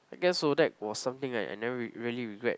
I guess Odac was something that I I never really regret